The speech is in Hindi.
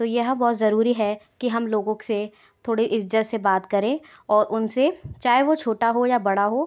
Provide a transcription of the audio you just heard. तो यह बहुत ज़रूरी है कि हम लोगों से थोड़ी इज़्ज़त से बात करें और उनसे चाहे वह छोटा हो या बड़ा हो